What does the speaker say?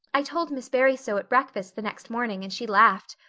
i told miss barry so at breakfast the next morning and she laughed.